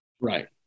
Right